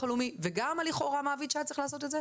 הלאומי וגם לכאורה המעביד שהיה צריך לעשות את זה?